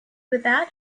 without